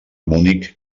munic